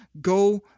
go